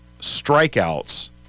strikeouts